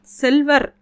silver